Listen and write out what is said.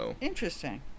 Interesting